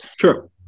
Sure